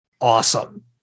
awesome